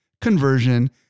conversion